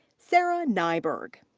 sara nyberg.